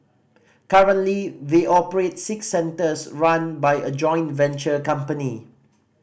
currently they operate six centres run by a joint venture company